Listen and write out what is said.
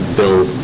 build